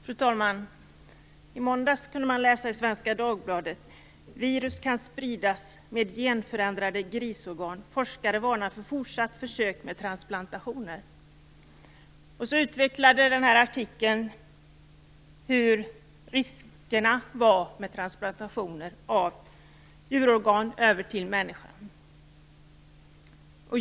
Fru talman! I måndags kunde man läsa i Svenska Dagbladet: Virus kan spridas med genförändrade grisorgan. Forskare varnar för fortsatt försök med transplantationer. I artikeln utvecklades riskerna med transplantationer av djurorgan till människan.